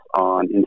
on